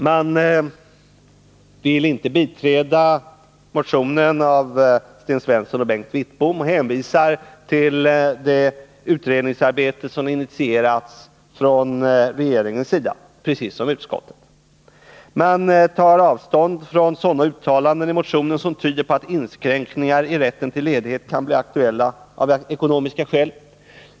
Man vill inte biträda motionen av Sten Svensson och Bengt Wittbom utan hänvisar till det utredningsarbete som initierats av regeringen — precis som utskottet. Man tar avstånd från sådana uttalanden i motionen som tyder på att inskränkningar i rätten till ledighet kan bli aktuella av ekonomiska skäl.